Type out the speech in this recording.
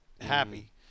happy